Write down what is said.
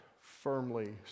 firmly